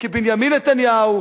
כי בנימין נתניהו,